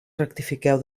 rectifiqueu